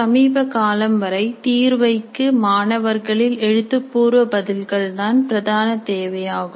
சமீப காலம் வரை தீர்வைக்கு மாணவர்களில் எழுத்துப்பூர்வ பதில்கள்தான் பிரதான தேவையாகும்